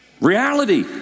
reality